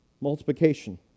multiplication